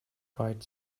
dried